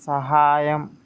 సహాయం